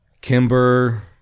Kimber